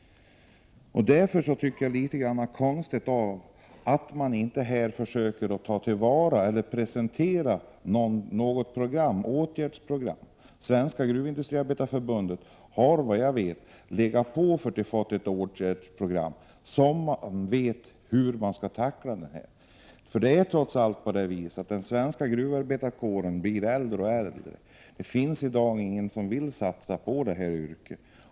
Därför tycker jag att det är litet konstigt att man inte försöker presentera ett åtgärdsprogram. Svenska gruvindustriarbetareförbundet har, såvitt jag vet, tryckt på. Man vill ha ett åtgärdsprogram, så att man vet hur problemen skall tacklas. De svenska gruvarbetarna blir ju äldre och äldre. I dag finns det inte någon som vill satsa på detta yrke.